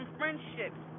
friendships